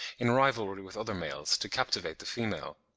in rivalry with other males, to captivate the female.